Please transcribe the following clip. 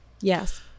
yes